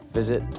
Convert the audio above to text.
visit